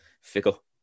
Fickle